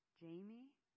Jamie